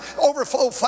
overflow